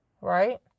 right